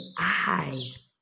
eyes